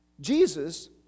Jesus